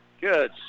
Good